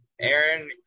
Aaron